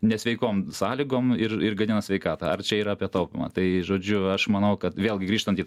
nesveikom sąlygom ir ir gadina sveikatą ar čia yra apie taupymą tai žodžiu aš manau kad vėlgi grįžtant į